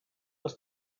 was